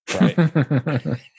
Right